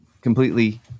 completely